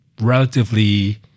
relatively